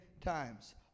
times